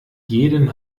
jeden